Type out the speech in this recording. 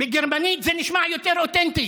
בגרמנית זה נשמע יותר אותנטי.